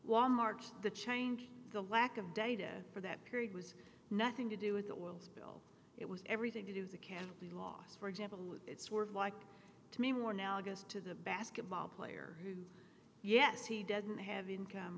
wal mart the change the lack of data for that period was nothing to do with the oil spill it was everything to do that can't be lost for example it's worth like to me we're now goes to the basketball player who yes he doesn't have the income